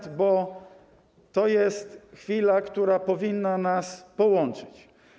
To jest chwila, która powinna nas połączyć.